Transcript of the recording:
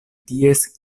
ties